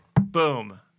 Boom